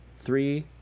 Three